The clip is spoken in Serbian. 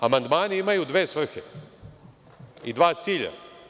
Amandmani imaj dve svrhe i dva cilja.